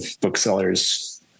booksellers